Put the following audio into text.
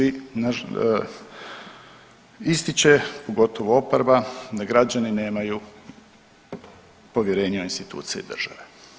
Ističe pogotovo oporba da građani nemaju povjerenja u institucije države.